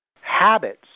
habits